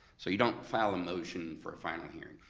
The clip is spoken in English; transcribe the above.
so you don't file a motion for a final hearing,